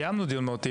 קיימנו דיון מהותי,